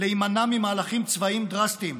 להימנע ממהלכים צבאיים דרסטיים,